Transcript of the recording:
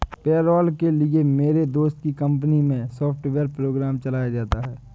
payroll के लिए मेरे दोस्त की कंपनी मै सॉफ्टवेयर प्रोग्राम चलाया जाता है